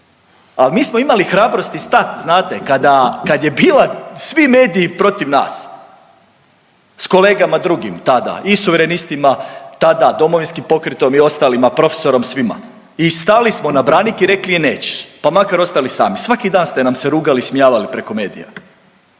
Al mi smo imali hrabrosti stat znate, kada, kad je bila svi mediji protiv nas s kolegama drugim tada i Suverenistima tada, Domovinskim pokretom i ostalima, profesorom, svima. I stali smo na branik i rekli, e nećeš pa makar ostali sami. Svaki dan ste nam se rugali i ismijavali preko medija.